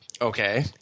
Okay